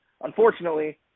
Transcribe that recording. unfortunately